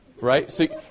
right